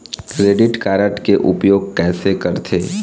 Credit card के उपयोग कैसे करथे?